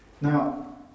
Now